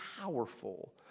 powerful